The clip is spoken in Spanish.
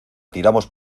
tiramos